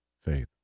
faith